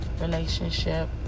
relationship